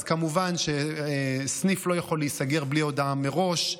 כמובן שסניף לא יכול להיסגר בלי הודעה מראש.